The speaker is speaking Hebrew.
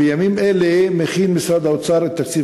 בימים אלה מכין משרד האוצר את תקציב